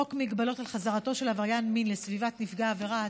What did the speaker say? חוק מגבלות על חזרתו של עבריין מין לסביבת נפגע העבירה,